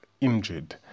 injured